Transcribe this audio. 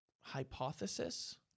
hypothesis